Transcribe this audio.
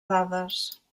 dades